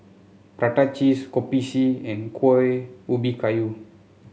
Prata Cheese Kopi C and Kueh Ubi Kayu